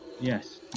Yes